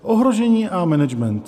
Ohrožení a management.